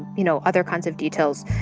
you know, other kinds of details.